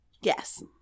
Yes